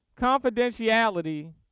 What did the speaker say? Confidentiality